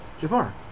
Jafar